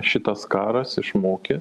šitas karas išmokė